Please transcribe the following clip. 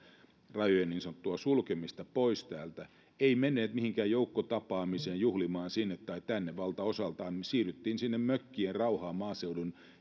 rajojen niin sanottua sulkemista pois täältä ei mennyt mihinkään joukkotapaamiseen juhlimaan sinne tai tänne vaan valtaosaltaan siirryttiin sinne mökkien rauhaan maaseudun